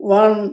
one